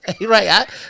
right